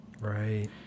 Right